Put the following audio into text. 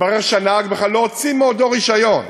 והתברר שהנהג בכלל לא הוציא מעודו רישיון,